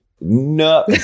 No